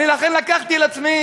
לכן לקחתי על עצמי